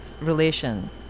relation